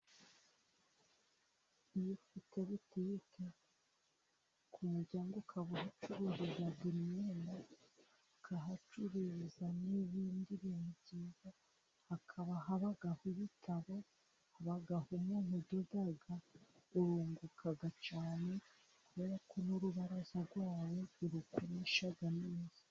Iyo ufite butike, ku muryango ukaba uhacururiza imyenda, ukahacururiza nibindi bintu byiza, hakaba haba kahibigabo, habaho umuntu udoda, ururunguka cyane, kubera ko urubaraza rwawe, urakoresha neza.